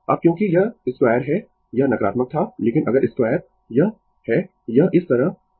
अब क्योंकि यह 2 है यह नकारात्मक था लेकिन अगर 2 यह है यह इस तरह से जा रहा है